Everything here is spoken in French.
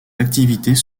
activités